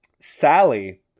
Sally